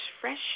fresh